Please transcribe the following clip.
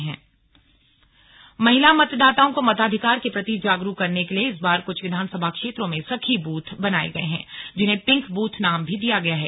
slug pink booth महिला मतदाताओं को मताधिकार के प्रति जागरूक करने के लिए इस बार कुछ विधानसभा क्षेत्रों में सखी बूथ बनाये गए हैं जिन्हें पिंक बूथ नाम भी दिया गया है